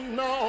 no